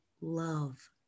love